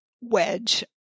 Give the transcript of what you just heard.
wedge